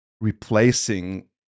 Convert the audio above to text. replacing